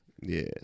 Yes